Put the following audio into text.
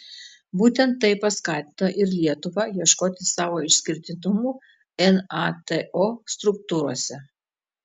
būtent tai paskatino ir lietuvą ieškoti savo išskirtinumų nato struktūrose